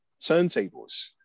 turntables